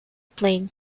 plain